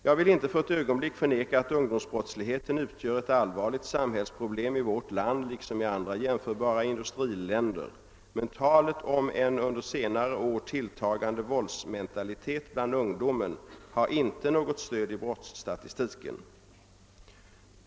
Jag vill inte för ett ögonblick förneka att ungdomsbrottsligheten utgör ett allvarligt samhällsproblem i vårt land liksom i andra jämförbara industriländer, men talet om en under senare år tilltagande våldsmentalitet bland ungdomen har inte något stöd i brottsstatistiken.